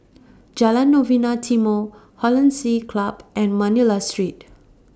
Jalan Novena Timor Hollandse Club and Manila Street